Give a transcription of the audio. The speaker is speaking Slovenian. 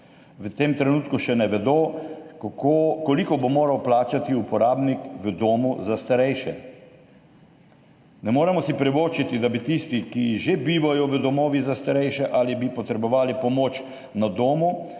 V tem trenutku še ne vedo, koliko bo moral plačati uporabnik v domu za starejše. Ne moremo si privoščiti, da bi tisti, ki že bivajo v domovih za starejše ali bi potrebovali pomoč na domu,